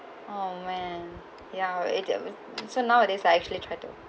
oh man ya I do so nowadays I actually tried to